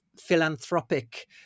philanthropic